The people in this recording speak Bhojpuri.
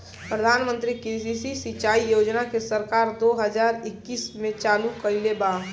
प्रधानमंत्री कृषि सिंचाई योजना के सरकार दो हज़ार इक्कीस में चालु कईले बा